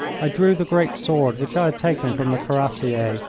i drew the great sword which i had taken from the cuirassier,